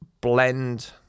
blend